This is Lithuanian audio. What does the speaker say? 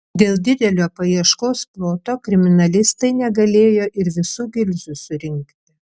dėl didelio paieškos ploto kriminalistai negalėjo ir visų gilzių surinkti